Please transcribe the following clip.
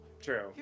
true